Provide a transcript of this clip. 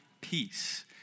peace